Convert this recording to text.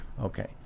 Okay